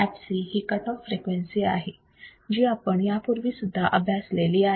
Fc ही cut off frequency आहे जी आपण यापूर्वीसुद्धा अभ्यासलेली आहे